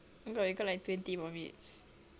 oh my god we got like twenty more minutes